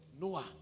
Noah